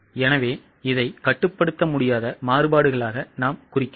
எனவே இதை கட்டுப்படுத்த முடியாத மாறுபாடுகளாக நாம் குறிக்கலாம்